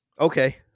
Okay